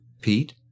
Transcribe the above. Pete